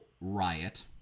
riot